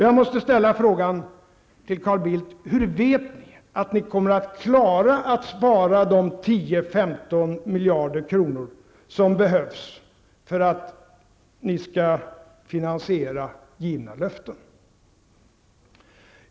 Jag måste ställa frågan till Carl Bildt: Hur vet ni att ni kommer att klara att spara de 10--15 miljarder kronor som behövs för att finansiera givna löften?